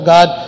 God